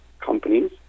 companies